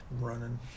running